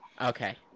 okay